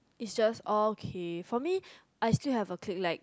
is just okay for me I just still have a clip like